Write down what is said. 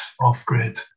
off-grid